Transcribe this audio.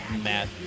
Matt